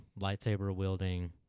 lightsaber-wielding